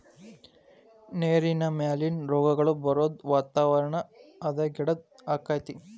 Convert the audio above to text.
ನೇರಿನ ಮಾಲಿನ್ಯಾ, ರೋಗಗಳ ಬರುದು ವಾತಾವರಣ ಹದಗೆಡುದು ಅಕ್ಕತಿ